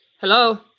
Hello